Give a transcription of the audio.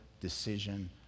decision